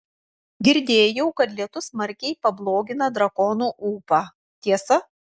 girdėjau kad lietus smarkiai pablogina drakonų ūpą tiesa